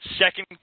second